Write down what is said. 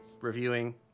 reviewing